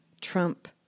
Trump